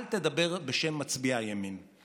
אל תדבר בשם מצביעי הימין.